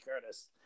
Curtis